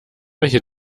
welche